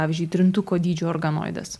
pavyzdžiui trintuko dydžio organoidas